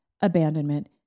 abandonment